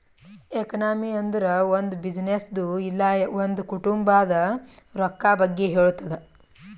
economy ಅಂದುರ್ ಒಂದ್ ಬಿಸಿನ್ನೆಸ್ದು ಇಲ್ಲ ಒಂದ್ ಕುಟುಂಬಾದ್ ರೊಕ್ಕಾ ಬಗ್ಗೆ ಹೇಳ್ತುದ್